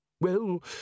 Well